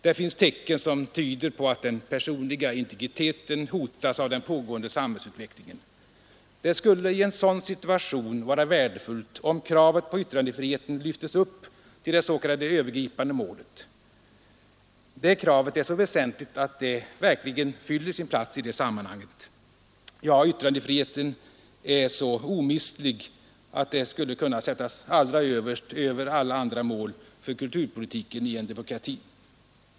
Det finns tecken som tyder på att den personliga integriteten hotas av den pågående samhällsutvecklingen. Det skulle i en sådan situation vara värdefullt om kravet på yttrandefrihet lyftes upp till det s.k. övergripandet målet. Det kravet är så väsentligt att det verkligen fyller sin plats i det sammanhanget. Ja, yttrandefriheten är så omistlig att den skulle kunna sättas allra överst, över alla andra mål, för kulturpolitiken i en demokrati.